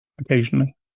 occasionally